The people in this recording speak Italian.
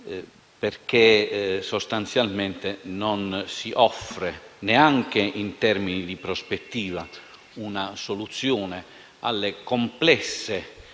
perché sostanzialmente non si offre, neanche in termini di prospettiva, una soluzione alle complesse